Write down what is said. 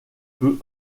peu